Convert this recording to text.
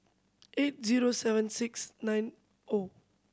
eight zero seven six nine O